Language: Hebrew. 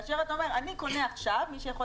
כאשר אתה אומר: אני קונה עכשיו מי שיכול